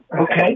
okay